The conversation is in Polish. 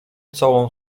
całą